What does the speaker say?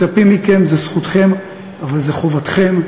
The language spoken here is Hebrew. מצפים מכם, זו זכותכם אבל זו חובתכם,